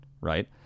right